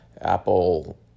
Apple